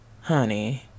honey